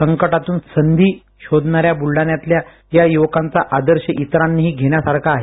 संकटातून संधी शोधणाऱ्या बुलडाण्यातल्या या युवकांचा आदर्श इतरांनीही घेण्यासारखा आहे